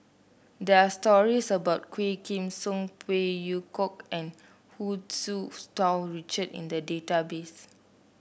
there're stories about Quah Kim Song Phey Yew Kok and Hu Tsu Tau Richard in the database